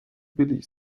billig